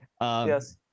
Yes